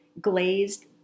glazed